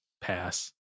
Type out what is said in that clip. pass